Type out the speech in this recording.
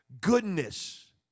goodness